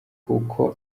uko